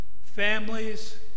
families